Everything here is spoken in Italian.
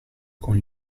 con